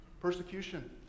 persecution